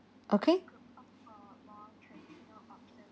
okay